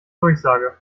durchsage